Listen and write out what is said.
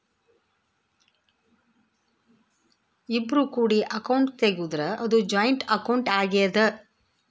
ಇಬ್ರು ಕೂಡಿ ಅಕೌಂಟ್ ತೆಗುದ್ರ ಅದು ಜಾಯಿಂಟ್ ಅಕೌಂಟ್ ಆಗ್ಯಾದ